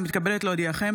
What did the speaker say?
אני מתכבדת להודיעכם,